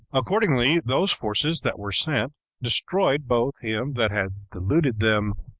accordingly, those forces that were sent destroyed both him that had deluded them,